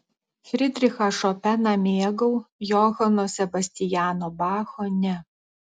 fridrichą šopeną mėgau johano sebastiano bacho ne